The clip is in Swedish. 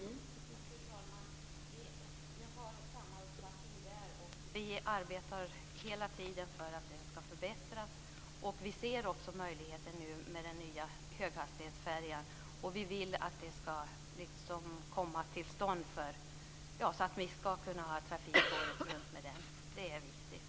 Fru talman! Vi har samma uppfattning där, och vi arbetar hela tiden för att situationen skall förbättras. Vi ser också möjligheter med den nya höghastighetsfärjan. Vi vill att användandet av den skall komma till stånd så att vi skall kunna ha trafik året runt. Det är viktigt.